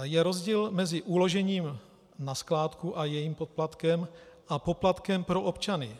Je rozdíl mezi uložením na skládku a jejím poplatkem a poplatkem pro občany.